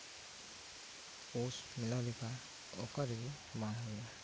ᱯᱳᱥ ᱢᱮᱞᱟ ᱞᱮᱠᱟ ᱚᱠᱟ ᱨᱮᱦᱚᱸ ᱵᱟᱝ ᱦᱩᱭᱩᱜᱼᱟ